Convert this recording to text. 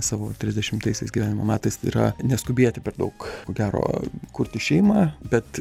savo trisdešimtaisiais gyvenimo metais tai yra neskubėti per daug ko gero kurti šeimą bet